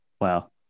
Wow